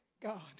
God